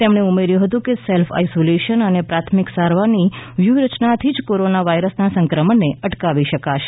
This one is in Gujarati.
તેમણે ઉમેર્યું હતું કે સેલ્ફ આઈસોલેશન અને પ્રાથમિક સારવારની વ્યુહરચનાથી જ કોરોના વાયરસના સંક્રમણને અટકાવી શકાશે